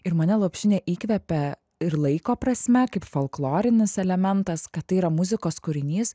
ir mane lopšinė įkvepia ir laiko prasme kaip folklorinis elementas kad tai yra muzikos kūrinys